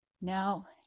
Now